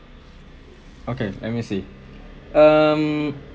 okay let me see um